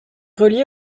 relié